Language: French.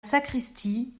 sacristie